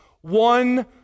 one